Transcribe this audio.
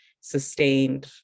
sustained